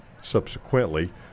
Subsequently